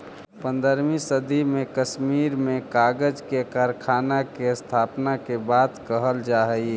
पँद्रहवीं सदी में कश्मीर में कागज के कारखाना के स्थापना के बात कहल जा हई